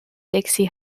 dixie